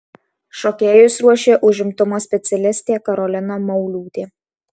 šokėjus ruošė užimtumo specialistė karolina mauliūtė